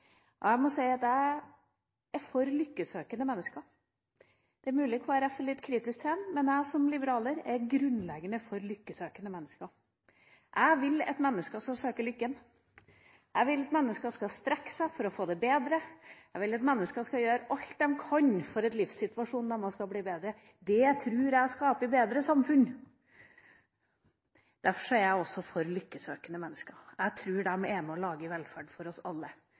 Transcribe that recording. Jeg er for lykkesøkende mennesker. Det er mulig Kristelig Folkeparti er litt kritisk til dem, men jeg som liberaler er grunnleggende for lykkesøkende mennesker. Jeg vil at mennesker skal søke lykken. Jeg vil at mennesker skal strekke seg for å få det bedre. Jeg vil at mennesker skal gjøre alt de kan for at livssituasjonen deres skal bli bedre. Det tror jeg skaper bedre samfunn. Derfor er jeg også for lykkesøkende mennesker. Jeg tror de er med på å lage velferd for oss alle.